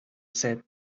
said